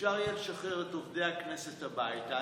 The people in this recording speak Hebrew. אפשר יהיה לשחרר את עובדי הכנסת הביתה.